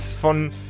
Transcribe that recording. von